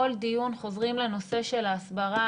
כל דיון אנחנו חוזרים לנושא של הסברה,